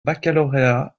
baccalauréat